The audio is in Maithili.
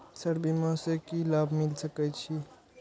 सर बीमा से की लाभ मिल सके छी?